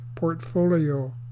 portfolio